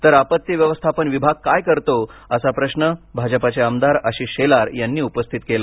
तर आपत्ती व्यवस्थापन विभाग काय करतो असा प्रश्र भाजपाचे आमदार आशिष शेलार यांनी उपस्थित केला